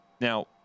Now